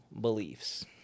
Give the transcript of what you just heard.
beliefs